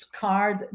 card